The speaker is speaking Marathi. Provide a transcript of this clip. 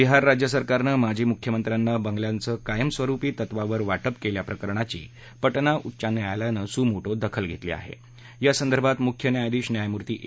बिहार राज्य सरकारनं माजी मुख्यमंत्र्यांना बंगल्यांचं कायमस्वरुपी तत्वावर वाटप कल्या प्रकरणाची पटणा उच्च न्यायालयानं सु मोटो दखल घरिमी आहा प्रा संदर्भात मुख्य न्यायाधीश न्यायमूर्ती ए